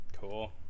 cool